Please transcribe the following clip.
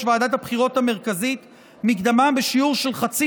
ועדת הבחירות המרכזית מקדמה בשיעור של חצי